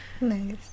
Nice